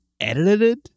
Edited